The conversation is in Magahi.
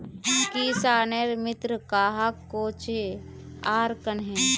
किसानेर मित्र कहाक कोहचे आर कन्हे?